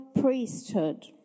priesthood